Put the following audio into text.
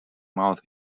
mouth